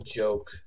joke